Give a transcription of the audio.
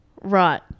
Right